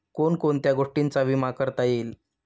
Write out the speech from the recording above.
कोण कोणत्या गोष्टींचा विमा करता येईल?